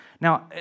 Now